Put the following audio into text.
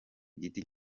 giti